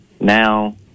now